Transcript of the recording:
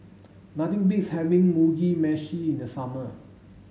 nothing beats having Mugi Meshi in the summer